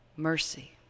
Mercy